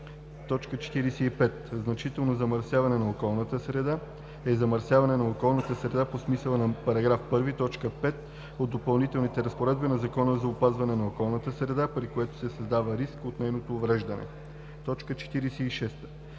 брега. 45. „Значително замърсяване на околната среда“ е замърсяване на околната среда по смисъла на § 1, т. 5 от допълнителните разпоредби на Закона за опазване на околната среда, при което се създава риск от нейното увреждане. 46.